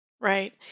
right